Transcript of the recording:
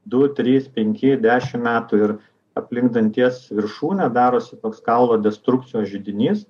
du trys penki dešim metų ir aplink danties viršūnę darosi toks kaulo destrukcijos židinys